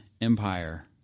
Empire